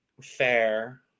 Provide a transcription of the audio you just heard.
Fair